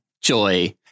JOY